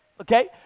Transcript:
okay